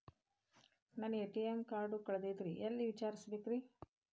ನನ್ನ ATM card ಕಳದದ್ರಿ ಎಲ್ಲಿ ವಿಚಾರಿಸ್ಬೇಕ್ರಿ?